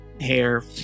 hair